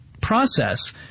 process